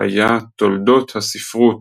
היה "תולדות הספרות